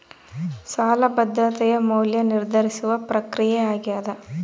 ಸಾಲ ಭದ್ರತೆಯ ಮೌಲ್ಯ ನಿರ್ಧರಿಸುವ ಪ್ರಕ್ರಿಯೆ ಆಗ್ಯಾದ